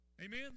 Amen